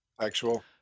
actual